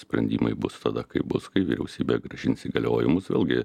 sprendimai bus tada kai bus kai vyriausybė grąžins įgaliojimus vėlgi